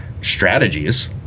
strategies